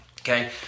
Okay